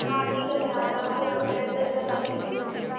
हाँ ठीक है मैं आ जाऊँगी आपका एड्रेस बता दीजिए मुझे